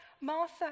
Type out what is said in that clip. Martha